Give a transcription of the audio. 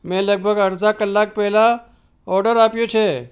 મેં લગભગ અડધા કલાક પહેલાં ઑર્ડર આપ્યો છે